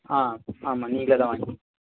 ஆ ஆமாம் நீங்களே தான் வாங்கணும்